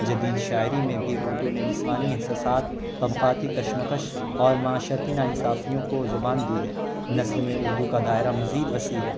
جدید شاعری میں بھی اردو نے نسوانی احساسات طبقاتی کشمکش اور معاشرتی نا انصافیوں کو زبان دی ہے نسل میں اردو کا دائرہ مزید وسیع ہے